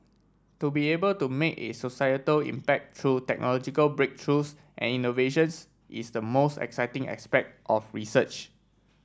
to be able to make a societal impact through technological breakthroughs and innovations is the most exciting aspect of research